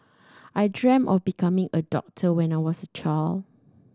I dreamt of becoming a doctor when I was a child